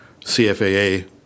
CFAA